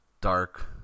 dark